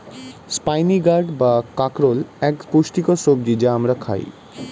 spiny gourd বা কাঁকরোল এক পুষ্টিকর সবজি যা আমরা খাই